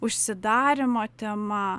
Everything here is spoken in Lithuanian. užsidarymo tema